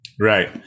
Right